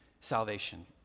salvation